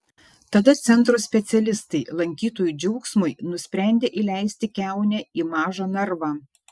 tada centro specialistai lankytojų džiaugsmui nusprendė įleisti kiaunę į mažą narvą